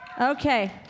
Okay